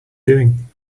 doing